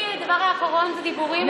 אצלי הדבר האחרון הוא דיבורים,